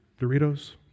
Doritos